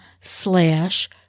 slash